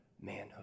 manhood